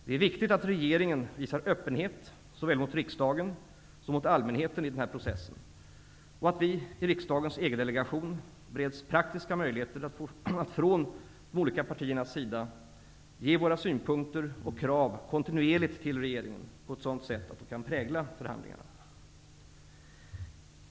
Det är viktigt att regeringen visar öppenhet såväl mot riksdagen som mot allmänheten i den här processen, och att vi i riksdagens EG-delegation bereds praktiska möjligheter att från de olika partiernas sida ge våra synpunkter och krav kontinuerligt till regeringen på ett sådant sätt att de kan prägla förhandlingarna.